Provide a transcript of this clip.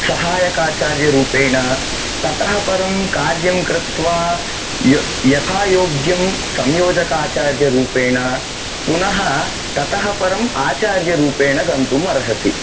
सहायकाचार्यरूपेण ततः परं कार्यं कृत्वा यथा योग्यं संयोजकाचार्यरूपेण पुनः ततः परं आचार्यरूपेण गन्तुम् अर्हसि